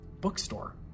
bookstore